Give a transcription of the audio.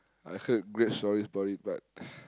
I heard great stories about it but